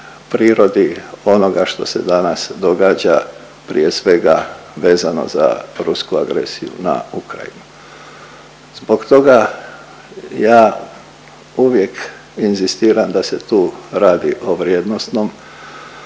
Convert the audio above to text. prirodi onoga što se danas događa, prije svega, vezano za rusku agresiju na Ukrajinu. Zbog toga ja uvijek inzistiram da se tu radi o vrijednosnom